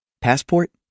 Passport